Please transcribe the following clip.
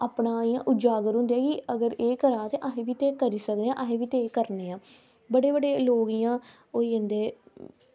अपना इंया उजागर होंदे कि एह् करा दा ऐ ते अस बी ते करी सकनेआं ते असें बी एह् करी सकनेआं बड़े बड़े लोग इंया होई जंदे